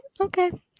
Okay